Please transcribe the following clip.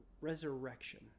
resurrection